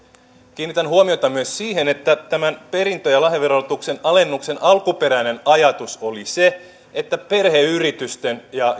kiinnitän huomiota myös siihen että tämän perintö ja lahjaverotuksen alennuksen alkuperäinen ajatus oli se että perheyritysten ja